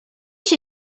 się